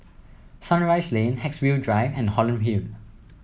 Sunrise Lane Haigsville Drive and Holland Hill